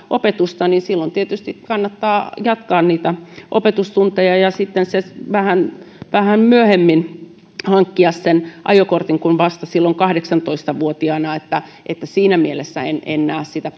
opetusta niin silloin tietysti kannattaa jatkaa niitä opetustunteja ja sitten vähän vähän myöhemmin hankkia ajokortti kuin silloin kahdeksantoista vuotiaana siinä mielessä en en näe sitä